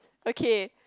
okay